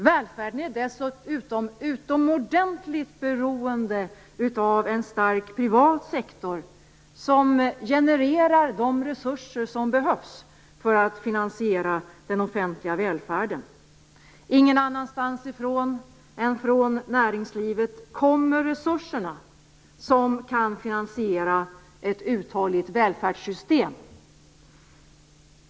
Välfärden är dessutom utomordentligt beroende av en stark privat sektor som genererar de resurser som behövs för att finansiera den offentliga välfärden. Ingen annanstans ifrån än från näringslivet kommer resurserna som kan finansiera ett uthålligt välfärdssystem.